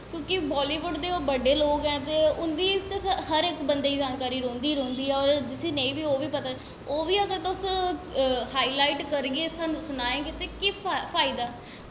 क्योंकि बॉल्लीबुड्ड दे ओह् बड्डे लोग न ते उं'दी ते हर इक बंदे गी जानकारी रौंह्दी गै रौंह्दी ऐ जिस्सी नेईं बी पता ओह् बी अगर तुस हाई लाईट करगे सानूं सनागे ते केह् फैदा